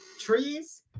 Trees